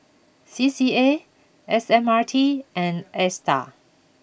C C A S M R T and Astar